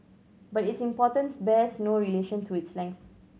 but its importance bears no relation to its length